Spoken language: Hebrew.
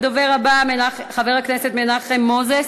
הדובר הבא, מנחם מוזס,